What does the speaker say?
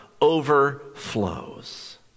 overflows